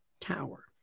tower